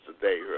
today